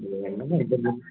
இதில் என்னம்மா இருக்குது